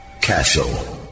Castle